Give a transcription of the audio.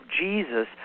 Jesus